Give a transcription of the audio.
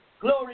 glory